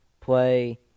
play